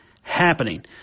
happening